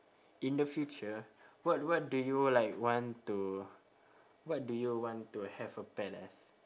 in the future what what do you like want to what do you want to have a pet as